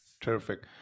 terrific